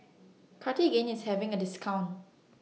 Cartigain IS having A discount